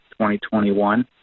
2021